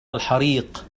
الحريق